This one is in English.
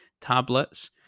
tablets